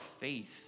faith